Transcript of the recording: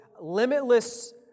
limitless